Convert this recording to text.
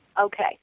Okay